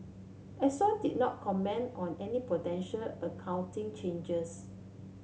Exxon did not comment on any potential accounting changes